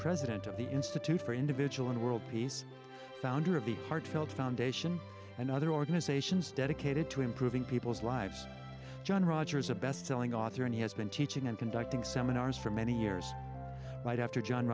president of the institute for individual and world peace founder of the heartfelt foundation and other organizations dedicated to improving people's lives john rogers a bestselling author and he has been teaching and conducting seminars for many years right after john